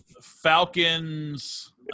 Falcons